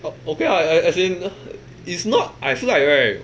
but okay lah as as in it's not I feel like right